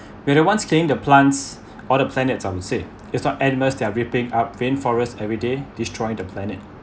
where the ones killing the plants all the planets I would say it's not animals they're ripping up rain forest every day destroying the planet